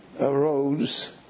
arose